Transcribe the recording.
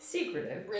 Secretive